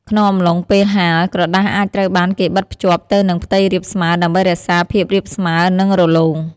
ក្នុងអំឡុងពេលហាល ក្រដាសអាចត្រូវបានគេបិទភ្ជាប់ទៅនឹងផ្ទៃរាបស្មើដើម្បីរក្សាភាពរាបស្មើ និងរលោង។